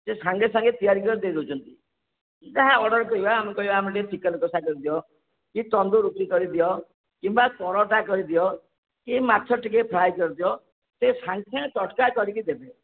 ସେ ସାଙ୍ଗେ ସାଙ୍ଗେ ତିଆରି କରି ଦେଇ ଦେଉଛନ୍ତି ଯାହା ଅର୍ଡ଼ର କରିବା ଆମେ କହିବା ଆମକୁ ଟିକିଏ ଚିକେନ୍ କଷା କରି ଦିଅ କି ତନ୍ଦୁର ରୁଟି କରି ଦିଅ କିମ୍ବା ପରଟା କରିଦିଅ କି ମାଛ ଟିକିଏ ଫ୍ରାଏ କରିଦିଅ ସେ ସାଙ୍ଗ ସାଙ୍ଗ ତଟକା କରିକି ଦେବେ